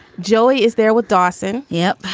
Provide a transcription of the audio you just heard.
joey is there with dawson. yep.